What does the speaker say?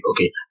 okay